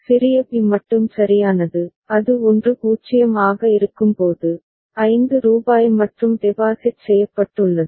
சிறிய பி மட்டும் சரியானது அது 1 0 ஆக இருக்கும்போது 5 ரூபாய் மற்றும் டெபாசிட் செய்யப்பட்டுள்ளது